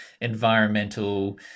environmental